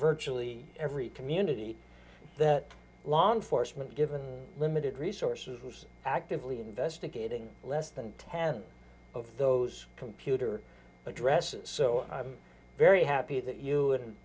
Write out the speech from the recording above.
virtually every community that law enforcement given limited resources was actively investigating less than ten of those computer addresses so i'm very happy that